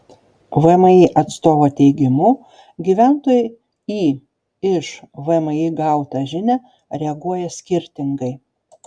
vmi atstovo teigimu gyventojai į iš vmi gautą žinią reaguoja skirtingai